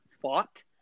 fought